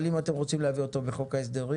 אבל אם אתם רוצים להעביר אותו בחוק ההסדרים,